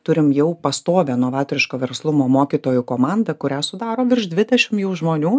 turim jau pastovią novatoriško verslumo mokytojų komandą kurią sudaro virš dvidešim jau žmonių